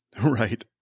Right